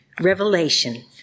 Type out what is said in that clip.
Revelation